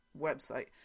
website